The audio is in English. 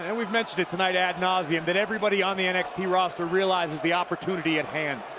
and we've mentioned it tonight ad nauseam, that everybody on the nxt roster realizes the opportunity at hand.